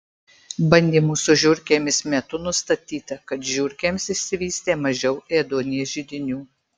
bandymų su žiurkėmis metu nustatyta kad žiurkėms išsivystė mažiau ėduonies židinių